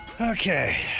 Okay